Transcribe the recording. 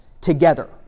together